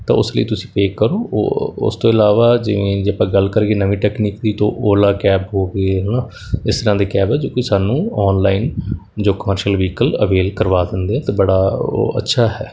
ਤਾਂ ਉਸ ਲਈ ਤੁਸੀਂ ਪੇ ਕਰੋ ਉਹ ਉਸ ਤੋਂ ਇਲਾਵਾ ਜਿਵੇਂ ਜੇ ਆਪਾਂ ਗੱਲ ਕਰੀਏ ਨਵੀਂ ਟੈਕਨੀਕ ਦੀ ਤਾਂ ਓਲਾ ਕੈਬ ਹੋਗੀ ਹੈ ਨਾ ਇਸ ਤਰ੍ਹਾਂ ਦੇ ਕੈਬ ਆ ਜੋ ਕਿ ਸਾਨੂੰ ਔਨਲਾਈਨ ਜੋ ਕਮਰਸੀਅਲ ਵਹੀਕਲ ਅਵੇਲ ਕਰਵਾ ਦਿੰਦੇ ਆ ਅਤੇ ਬੜਾ ਉਹ ਅੱਛਾ ਹੈ